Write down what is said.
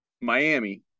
Miami